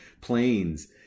planes